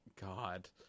God